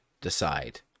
decide